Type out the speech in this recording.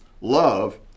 love